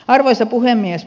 arvoisa puhemies